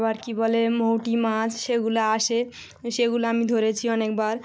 আবার কি বলে মৌটি মাছ সেগুলো আসে সেগুলো আমি ধরেছি অনেক বার